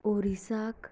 ओरिसाक